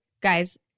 guys